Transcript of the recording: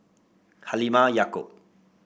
Halimah Yacob